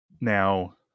Now